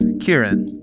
Kieran